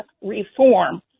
reform